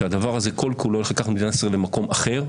כשהדבר הזה כל כולו לוקח את מדינת ישראל למקום אחר.